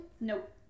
Nope